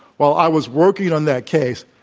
while i was working on that case,